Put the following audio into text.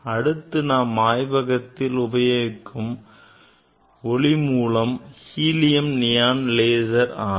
அடுத்து நாம் ஆய்வகத்தில் உபயோகிக்கும் ஒளி மூலம் ஹீலியம் நியான் லேசர் ஆகும்